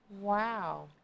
Wow